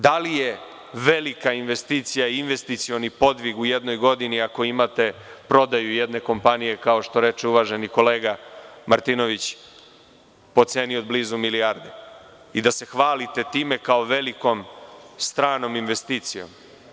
Da li je velika investicija i investicioni podvig u jednoj godini ako imate prodaju jedne kompanije, kao što reče uvaženi kolega Martinović, po ceni od blizu milijardu, i da se hvalite time kao velikom stranom investicijom?